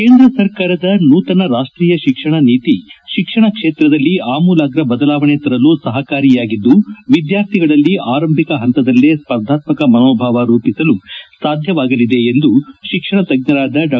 ಕೇಂದ್ರ ಸರ್ಕಾರದ ನೂತನ ರಾಷ್ಷೀಯ ತಿಕ್ಷಣ ನೀತಿ ಶಿಕ್ಷಣ ಕ್ಷೇತ್ರದಲ್ಲಿ ಅಮೂಲಾಗ್ರ ಬದಲಾವಣೆ ತರಲು ಸಹಕಾರಿಯಾಗಿದ್ದು ವಿದ್ಯಾರ್ಥಿಗಳಲ್ಲಿ ಆರಂಭಿಕ ಹಂತದಲ್ಲೇ ಸ್ಪರ್ಧಾತ್ಮಕ ಮನೋಭಾವ ರೂಪಿಸಲು ಸಾಧ್ಯವಾಗಲಿದೆ ಎಂದು ಶಿಕ್ಷಣ ತಜ್ಜರಾದ ಡಾ